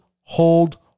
hold